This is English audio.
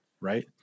Right